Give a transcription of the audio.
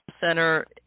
Center